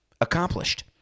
Accomplished